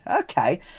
okay